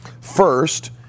first